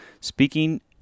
Speaking